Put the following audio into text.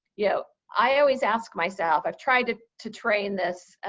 yeah know, i always ask myself, i've tried to to train this,